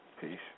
Peace